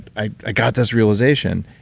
i got this realization,